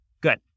good